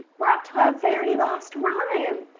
we're up to our very last rhyme.